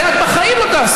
את זה את בחיים לא תעשי.